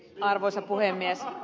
arvoisa puhemies